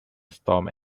storm